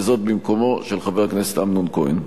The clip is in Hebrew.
במקומו של חבר הכנסת אמנון כהן.